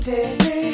Baby